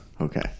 Okay